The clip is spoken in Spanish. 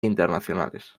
internacionales